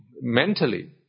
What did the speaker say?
mentally